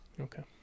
okay